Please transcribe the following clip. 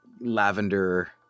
lavender